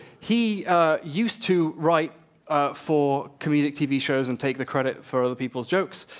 he used to write for comedic tv shows and take the credit for other people's jokes.